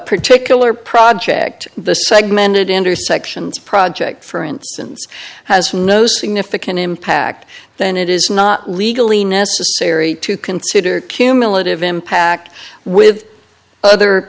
particular project the segmented intersections project for instance has no significant impact then it is not legally necessary to consider cumulative impact with other